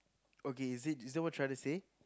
okay is it is that what you're trying to say